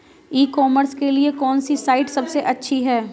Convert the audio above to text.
ई commerce के लिए कौनसी साइट सबसे अच्छी है?